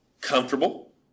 comfortable